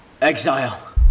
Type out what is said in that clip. Exile